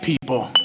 people